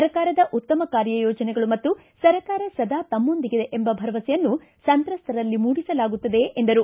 ಸರ್ಕಾರದ ಉತ್ತಮ ಕಾರ್ಯ ಯೋಜನೆಗಳು ಮತ್ತು ಸರ್ಕಾರ ಸದಾ ತಮ್ನೊಂದಿಗಿದೆ ಎಂಬ ಭರವಸೆಯನ್ನು ಸಂತ್ರಸ್ವರಲ್ಲಿ ಮೂಡಿಸಲಾಗುತ್ತದೆ ಎಂದರು